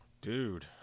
dude